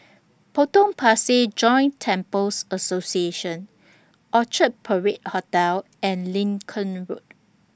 Potong Pasir Joint Temples Association Orchard Parade Hotel and Lincoln Road